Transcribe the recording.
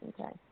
Okay